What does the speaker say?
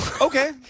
Okay